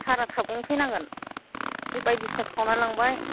सारा थाबैनो फैनांगोन जि बायदिसिना खावनानै लांबाय